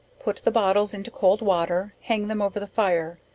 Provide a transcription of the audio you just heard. put the bottles into cold water, hang them over the fire,